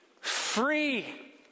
free